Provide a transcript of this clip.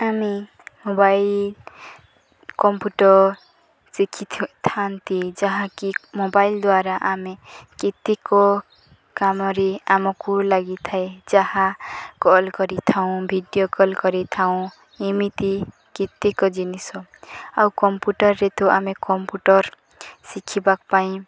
ଆମେ mobile computer ଶିଖିଥାନ୍ତି ଯାହାକି ମୋବାଇଲ ଦ୍ୱାରା ଆମେ କେତେକ କାମରେ ଆମକୁ ଲାଗିଥାଏ ଯାହା କଲ୍ କରିଥାଉଁ ଭିଡ଼ିଓ କଲ୍ କରିଥାଉଁ ଏମିତି କେତେକ ଜିନିଷ ଆଉ କମ୍ପ୍ୟୁଟରରେ ତ ଆମେ କମ୍ପ୍ୟୁଟର ଶିଖିବା ପାଇଁ